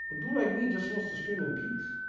do like me just wants to stream in peace